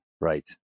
right